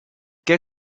què